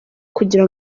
kugira